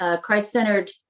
Christ-centered